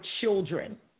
children